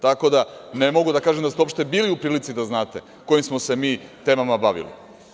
Tako da, ne mogu da kažem da ste uopšte bili u prilici da znate kojim smo se mi temama bavili.